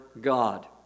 God